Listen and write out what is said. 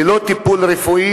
ללא טיפול רפואי,